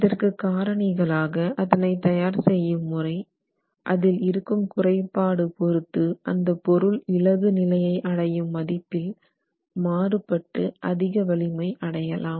இதற்கு காரணிகளாக அதனை தயார் செய்யும் முறை அதில் இருக்கும் குறைபாடு பொறுத்து அந்த பொருள் இளகு நிலையை அடையும் மதிப்பில் மாறுபட்டு அதிக வலிமை அடையலாம்